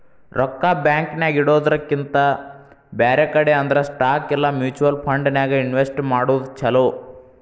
ರೊಕ್ಕಾ ಬ್ಯಾಂಕ್ ನ್ಯಾಗಿಡೊದ್ರಕಿಂತಾ ಬ್ಯಾರೆ ಕಡೆ ಅಂದ್ರ ಸ್ಟಾಕ್ ಇಲಾ ಮ್ಯುಚುವಲ್ ಫಂಡನ್ಯಾಗ್ ಇನ್ವೆಸ್ಟ್ ಮಾಡೊದ್ ಛಲೊ